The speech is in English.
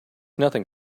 nothing